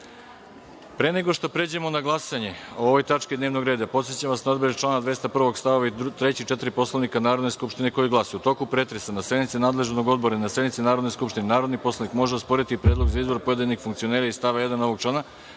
nego što pređemo na glasanje o ovoj tački dnevnog reda, podsećam vas na odredbe člana 201. stavovi 3. i 4. Poslovnika Narodne skupštine koje glase: „U toku pretresa na sednici nadležnog odbora i na sednici Narodne skupštine, narodni poslanik može osporiti Predlog za izbor pojedinih funkcionera iz stava 1. ovog člana